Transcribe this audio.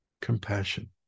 compassion